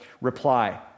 reply